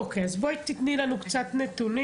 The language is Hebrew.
אוקיי, אז בואי תיתני לנו קצת נתונים.